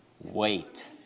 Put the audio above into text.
Wait